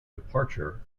departure